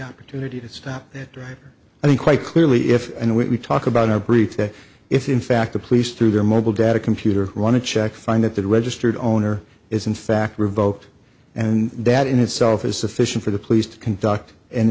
opportunity to stop that driver i mean quite clearly if and when we talk about a breach that if in fact the police through their mobile data computer run a check find that the registered owner is in fact revoked and that in itself is sufficient for the police to conduct an